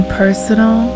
personal